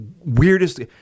weirdest